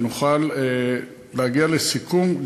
ונוכל להגיע לסיכום,